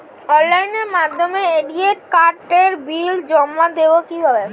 অনলাইনের মাধ্যমে ক্রেডিট কার্ডের বিল জমা দেবো কি?